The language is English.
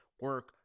Work